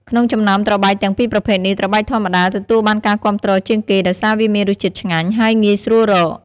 ក្នុងចំណោមត្របែកទាំងពីរប្រភេទនេះ ត្របែកធម្មតា ទទួលបានការគាំទ្រជាងគេ ដោយសារវាមានរសជាតិឆ្ងាញ់ ហើយងាយស្រួលរក។